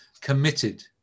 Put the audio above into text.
committed